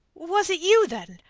was it you, then?